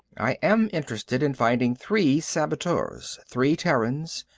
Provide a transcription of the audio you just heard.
i am interested in finding three saboteurs, three terrans,